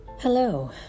Hello